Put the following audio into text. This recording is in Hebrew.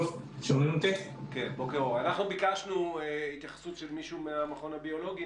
אנחנו ביקשנו התייחסות של מישהו מהמכון הביולוגי.